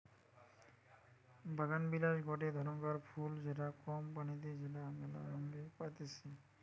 বাগানবিলাস গটে ধরণকার ফুল যেটা কম পানিতে যেটা মেলা রঙে পাইতিছি